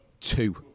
two